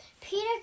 Peter